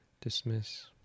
dismiss